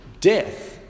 death